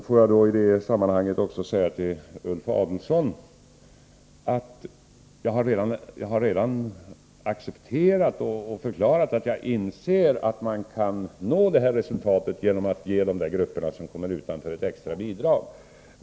Får jag i det sammanhanget säga till Ulf Adelsohn att jag redan har accepterat och förklarat att jag inser att man kan nå samma resultat genom att ge de grupper som kommer utanför ett extra bidrag.